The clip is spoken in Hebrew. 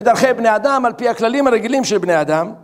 בדרכי בני אדם, על פי הכללים הרגילים של בני האדם